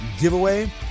giveaway